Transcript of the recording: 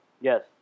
Yes